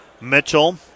Mitchell